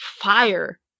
fire